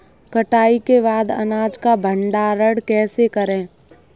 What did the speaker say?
कटाई के बाद अनाज का भंडारण कैसे करें?